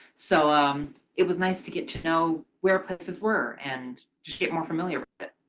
so um it was nice to get to know where places were and just get more familiar with it?